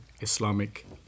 Islamic